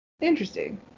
Interesting